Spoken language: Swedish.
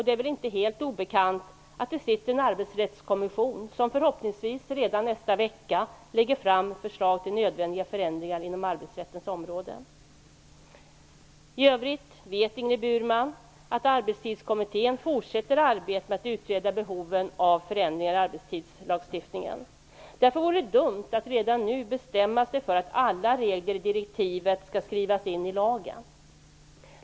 Det är väl inte helt obekant att vi har en Arbetsrättskommission som förhoppningsvis redan nästa vecka lägger fram förslag till nödvändiga förändringar på arbetsrättens område. I övrigt vet Ingrid Burman att Arbetstidskommittén fortsätter arbetet med att utreda behoven av förändringar i arbetstidslagstiftningen. Det vore därför dumt att redan nu bestämma sig för att alla regler i direktivet skall skrivas in i lagen.